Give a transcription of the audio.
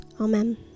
Amen